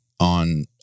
On